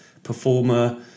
performer